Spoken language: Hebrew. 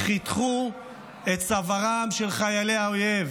חִתכו את צווארם של חיילי האויב".